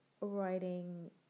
writing